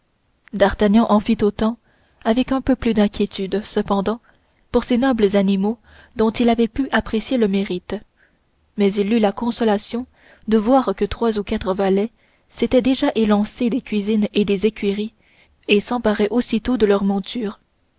d'artagnan en fit autant avec un peu plus d'inquiétude cependant pour ces nobles animaux dont il avait pu apprécier le mérite mais il eut la consolation de voir que trois ou quatre valets s'étaient déjà élancés des cuisines et des écuries et s'emparaient aussitôt de leurs montures